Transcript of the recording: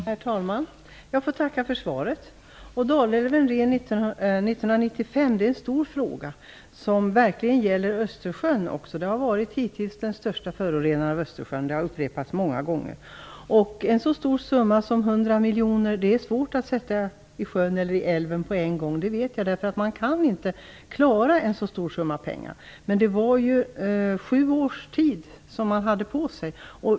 Herr talman! Jag får tacka för svaret. Håll Dalälven ren 1995 är en stor fråga som verkligen gäller Östersjön också. Dalälven har hittills varit den största förorenaren av Östersjön, vilket har upprepats många gånger. En så stor summa som 100 miljoner är det svårt att så att säga sätta i sjön - eller i älven - på en gång. Jag vet att man inte kan klara en så stor summa pengar. Men sju år hade man på sig.